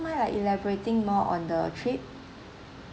mind uh elaborating more on the trip